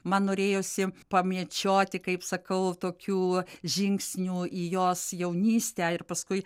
man norėjosi pamėčioti kaip sakau tokių žingsnių į jos jaunystę ir paskui